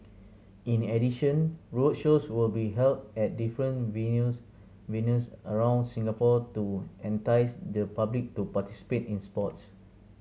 in addition roadshows will be held at different venues venues around Singapore to entice the public to participate in sports